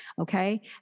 okay